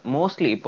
Mostly